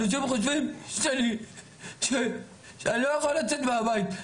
אנשים חושבים ש אני לא יכול לצאת מהבית,